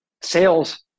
sales